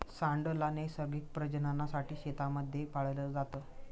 सांड ला नैसर्गिक प्रजननासाठी शेतांमध्ये पाळलं जात